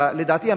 לדעתי,